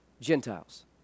Gentiles